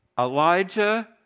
Elijah